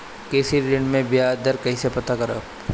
कृषि ऋण में बयाज दर कइसे पता करब?